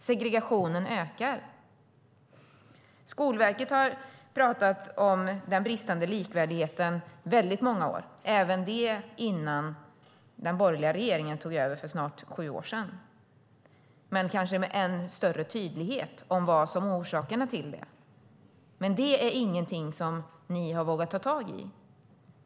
Segregationen ökar. Skolverket har talat om den bristande likvärdigheten i många år - även det innan den borgerliga regeringen tog över för snart sju år sedan men kanske med ännu större tydlighet om vad som är orsakerna. Men det är ingenting som ni har vågat ta tag i.